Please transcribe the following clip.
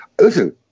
Listen